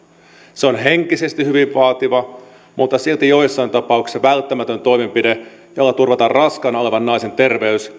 se on henkisesti hyvin vaativa mutta silti joissain tapauksissa välttämätön toimenpide jolla turvataan raskaana olevan naisen terveys